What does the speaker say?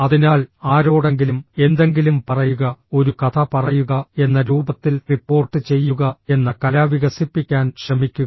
അതിനാൽ ആരോടെങ്കിലും എന്തെങ്കിലും പറയുക ഒരു കഥ പറയുക എന്ന രൂപത്തിൽ റിപ്പോർട്ട് ചെയ്യുക എന്ന കല വികസിപ്പിക്കാൻ ശ്രമിക്കുക